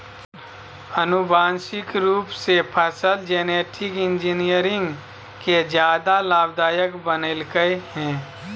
आनुवांशिक रूप से फसल जेनेटिक इंजीनियरिंग के ज्यादा लाभदायक बनैयलकय हें